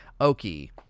Okie